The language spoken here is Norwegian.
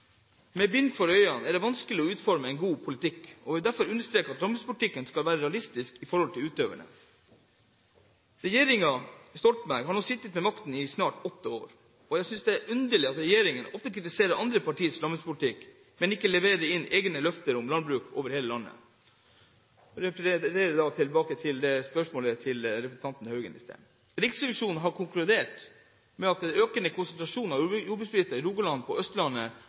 Med bind for øynene er det vanskelig å utforme en god politikk, og jeg vil derfor understreke at landbrukspolitikken skal være realistisk i forhold til utøverne. Regjeringen Stoltenberg har nå sittet med makten i snart åtte år, og jeg synes det da er underlig at regjeringen ofte kritiserer andre partiers landbrukspolitikk, men ikke leverer på egne løfter om landbruk i hele landet. Jeg refererer til spørsmålet til representanten Haugen i stad. Riksrevisjonen har konkludert med at det er en økende konsentrasjon av jordbruksbedrifter i Rogaland, på Østlandet